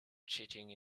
cheating